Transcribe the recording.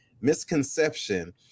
misconception